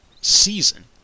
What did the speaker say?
season